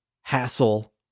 hassle